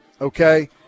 okay